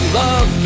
love